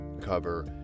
cover